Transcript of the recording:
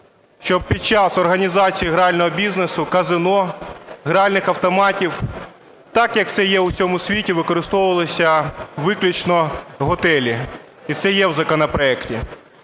щоб під час організації грального бізнесу, казино, гральних автоматів так, як це є у всьому світі, використовувалися виключно готелі, і це є у законопроекті.